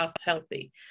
healthy